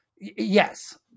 Yes